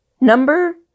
Number